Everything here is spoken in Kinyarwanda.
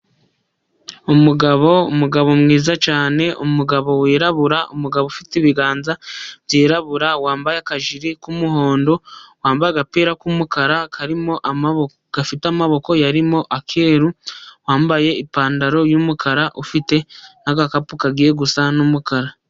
Umugabo, umugabo mwiza cyane, umugabo wirabura, umugabo ufite ibiganza byirabura wambaye akajire k'umuhondo, wambaye agapira k'umukara gafite amaboko arimo akeru, wambaye ipantaro y'umukara ufite n'agakapu kagiye gusa n'umukara.